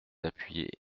appuyer